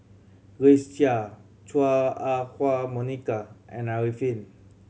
Grace Chia Chua Ah Huwa Monica and Arifin